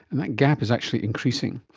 and that gap is actually increasing.